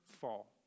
fall